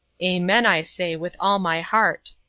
amen, i say, with all my heart.